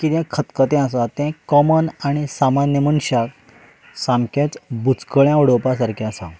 कितें खतखतें आसा तें कॉमन आनी सामान्य मनशाक सामकेंच बुचकळें उडोवपा सारकें आसा